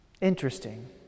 Interesting